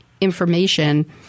information